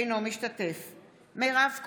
אינו משתתף בהצבעה מירב כהן,